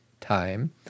time